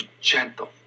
gentle